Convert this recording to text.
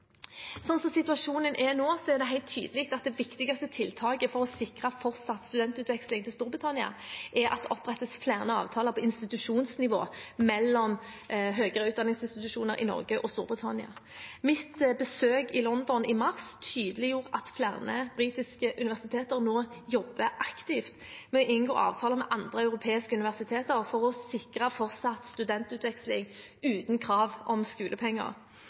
situasjonen er nå, er det helt tydelig at det viktigste tiltaket for å sikre fortsatt studentutveksling til Storbritannia er at det opprettes flere avtaler på institusjonsnivå mellom høyere utdanningsinstitusjoner i Norge og Storbritannia. Mitt besøk i London i mars tydeliggjorde at flere britiske universiteter nå jobber aktivt med å inngå avtaler med andre europeiske universiteter for å sikre fortsatt studentutveksling uten krav om skolepenger.